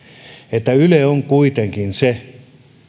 että yle on kuitenkin se